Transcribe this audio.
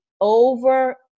over